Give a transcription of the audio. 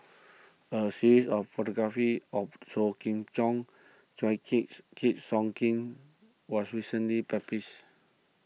a series of photographies of Sou Kiam was recently published